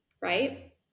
Right